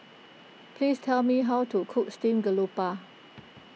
please tell me how to cook Steamed Grouper